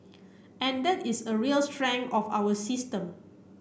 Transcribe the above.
and that is a real strength of our system